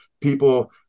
people—